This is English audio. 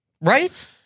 right